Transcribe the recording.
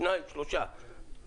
שניים שלושה,